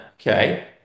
okay